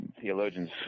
theologians